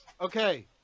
Okay